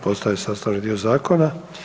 postaje sastavni dio zakona.